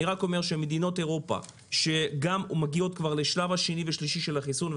אני רק אומר שמדינות אירופה שמגיעות לשלב השני והשלישי של החיסון,